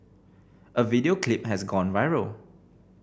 a video clip has gone viral